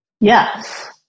Yes